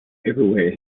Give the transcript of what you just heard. everywhere